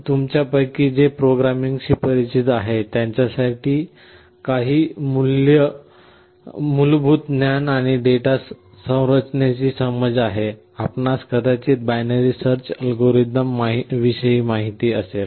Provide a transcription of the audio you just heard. तुमच्यापैकी जे प्रोग्रामिंगशी परिचित आहेत त्यांच्यासाठी काही मूलभूत ज्ञान आणि डेटा संरचनेची समज आहे आपणास कदाचित बायनरी सर्च अल्गोरिदम विषयी माहित असेल